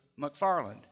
McFarland